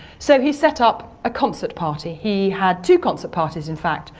so he set up a concert party. he had two concert parties in fact,